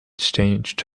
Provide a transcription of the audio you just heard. changed